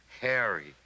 Harry